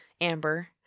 Amber